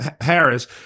Harris